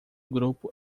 grupo